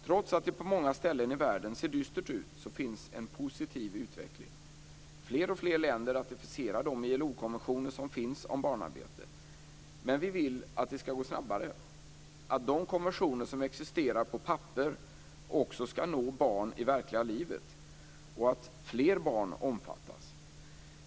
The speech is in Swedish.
Trots att det på många ställen i världen ser dystert ut så finns en positiv utveckling. Fler och fler länder ratificerar de ILO-konventioner som finns om barnarbete. Men vi vill att det ska gå snabbare, att de konventioner som existerar på papper också ska nå barn i verkliga livet och att fler barn omfattas.